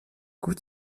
gut